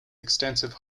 extensive